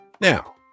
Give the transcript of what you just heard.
Now